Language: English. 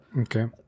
Okay